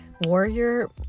warrior